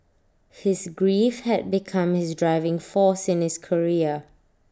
his grief had become his driving force in his career